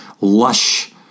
lush